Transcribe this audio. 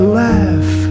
laugh